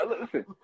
listen